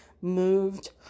moved